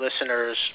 listeners